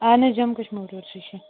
اَہن حظ جمکَش موٹٲرسٕے چھِ